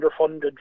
underfunded